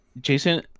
Jason